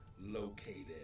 located